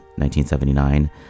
1979